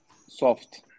soft